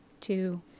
two